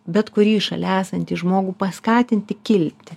bet kurį šalia esantį žmogų paskatinti kilti